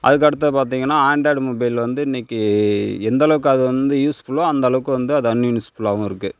அதுக்கு அடுத்து பார்த்திங்ன்னா ஆண்ட்ராய்டு மொபைலில் வந்து இன்றைக்கி எந்தளவுக்கு அது வந்து யூஸ்ஃபுல்லோ அந்தளவுக்கு அது வந்து அன்யூஸ்ஃபுல்லாகவும் இருக்குது